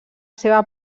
seva